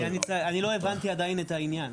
רגע, אני לא הבנתי עדיין את העניין.